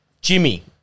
Jimmy